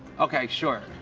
okay, sure,